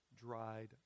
dried